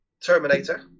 Terminator